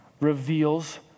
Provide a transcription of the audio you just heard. reveals